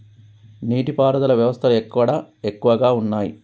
నీటి పారుదల వ్యవస్థలు ఎక్కడ ఎక్కువగా ఉన్నాయి?